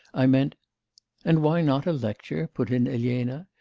i meant and why not a lecture put in elena.